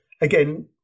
again